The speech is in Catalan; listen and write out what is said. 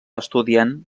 estudiant